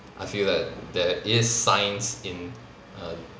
I feel that there is science in err